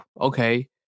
okay